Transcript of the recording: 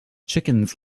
chickens